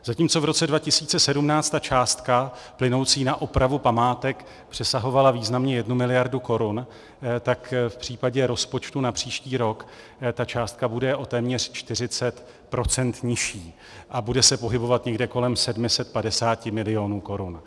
Zatímco v roce 2017 částka plynoucí na opravu památek přesahovala významně jednu miliardu korun, tak v případě rozpočtu na příští rok ta částka bude téměř o 40 % nižší a bude se pohybovat někde kolem 750 milionů korun.